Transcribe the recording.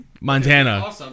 Montana